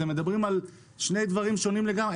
אתם מדברים על שני דברים שונים לגמרי.